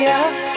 up